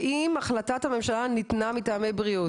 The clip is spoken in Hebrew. ואם החלטת הממשלה ניתנה מטעמי בריאות,